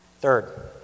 Third